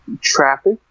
traffic